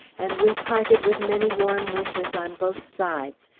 and we parted with many warm wishes on both sides,